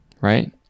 Right